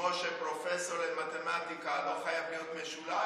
כמו שפרופ' למתמטיקה לא חייב להיות משולש,